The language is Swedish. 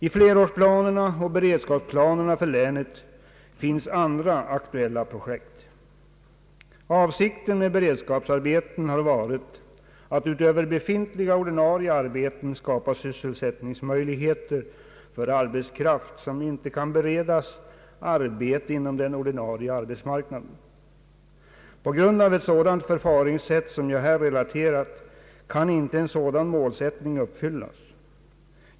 I flerårsplanerna och beredskapsplanen för länet finns andra aktuella projekt. Avsikten med beredskapsarbetena har varit att utöver befintliga ordinarie arbeten skapa sysselsättningsmöjligheter för arbetskraft som inte kan beredas arbete inom den ordinarie arbetsmarknaden. På grund av ett dylikt förfaringssätt, som jag här relaterat, kan inte en sådan målsättning uppfyllas.